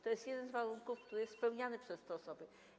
To jest jeden z warunków, który jest spełniany przez te osoby.